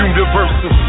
Universal